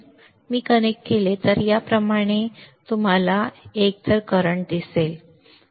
म्हणून जर मी कनेक्ट केले तर मी याप्रमाणे कनेक्ट केले तर तुम्हाला येथे एकतर करंट दिसेल